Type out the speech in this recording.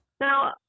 Now